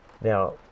Now